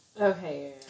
Okay